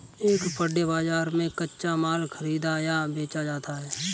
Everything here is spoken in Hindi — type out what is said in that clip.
एक पण्य बाजार में कच्चा माल खरीदा या बेचा जाता है